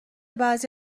بعضی